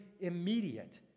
immediate